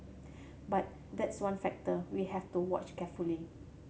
but that's one factor we have to watch carefully